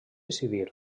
civil